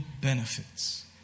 benefits